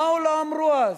מה לא אמרו אז?